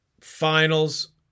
finals